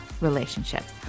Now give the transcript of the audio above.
relationships